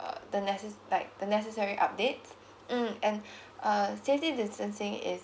uh the neces~ like the necessary update mm and uh safety distancing is